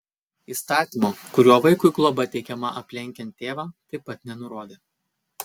įstatymo kuriuo vaikui globa teikiama aplenkiant tėvą taip pat nenurodė